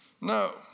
No